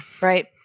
Right